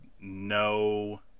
no